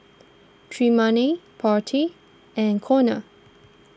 Tremayne Marty and Conner